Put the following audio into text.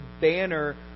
banner